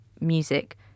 music